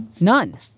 None